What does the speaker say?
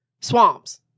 Swamps